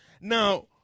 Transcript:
Now